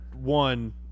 one